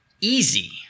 easy